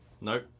no